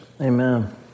Amen